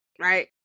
right